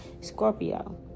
Scorpio